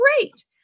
great